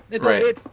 Right